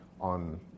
on